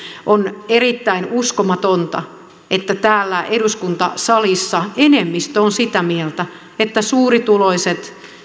on erittäin uskomatonta että täällä eduskuntasalissa enemmistö on sitä mieltä että suurituloiset